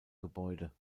gebäude